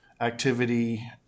activity